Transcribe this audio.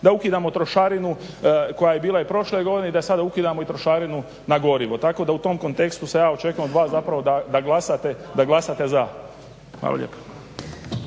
da ukidamo trošarinu koja je bila prošle godine i da sada ukidamo i trošarinu na gorivo. Tako da u tom kontekstu sad ja očekujem od vas da glasate za.